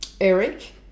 eric